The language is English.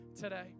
today